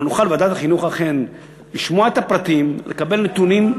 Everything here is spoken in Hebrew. וועדת החינוך תוכל לשמוע את הפרטים, לקבל נתונים,